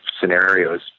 scenarios